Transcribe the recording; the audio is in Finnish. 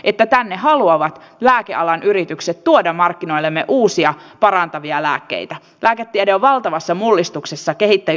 itte tänne haluavat lääkealan yritykset tuoda markkinoillemme uusia parantavia lääkkeitä lääketiede on valtavassa mullistuksessa kehitteli